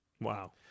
Wow